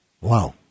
Wow